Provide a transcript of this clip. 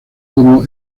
como